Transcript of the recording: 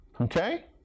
Okay